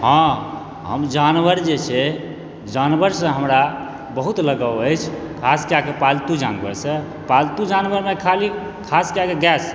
हँ हम जानवर जे छै जानवरसेँ हमरा बहुत लगाव अछि खास कए कऽ पालतू जानवरसँ पालतू जानवरमे खाली खास कए कऽ गायसँ